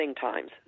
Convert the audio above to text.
times